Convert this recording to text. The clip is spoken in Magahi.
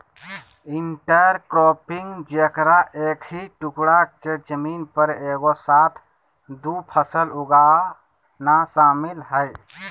इंटरक्रॉपिंग जेकरा एक ही टुकडा के जमीन पर एगो साथ दु फसल उगाना शामिल हइ